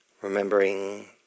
remembering